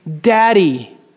Daddy